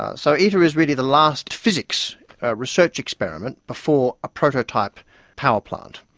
ah so iter is really the last physics research experiment before a prototype power plant.